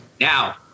Now